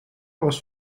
was